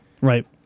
Right